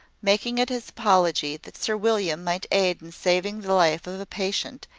making it his apology that sir william might aid in saving the life of a patient,